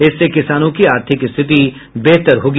इससे किसानों की आर्थिक स्थिति बेहतर होगी